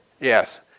Yes